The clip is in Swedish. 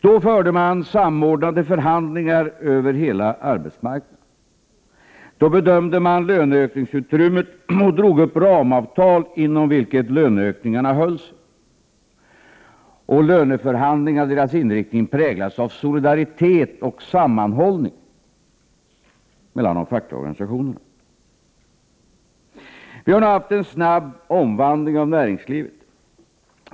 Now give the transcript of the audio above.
Då förde man samordnade förhandlingar över hela arbetsmarknaden. Då bedömde man löneökningsutrymmet och träffade ramavtal, och löneökningarna hölls inom de ramar som där fastställts, och löneförhandlingarnas inriktning präglades av solidaritet och sammanhållning mellan de fackliga organisationerna. Vi har nu haft en snabb omvandling av näringslivet.